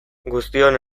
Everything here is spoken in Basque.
guztion